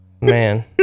Man